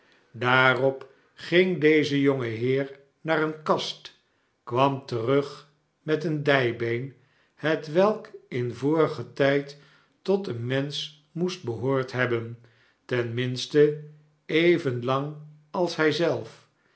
daarop ging deze jonge heer naar eene kast kwam terug met een dijbeen hetwelk in vorigen tijd tot een mensch moest behoord hebben ten minste even lang als hij zelf